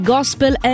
Gospel